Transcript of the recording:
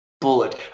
bullet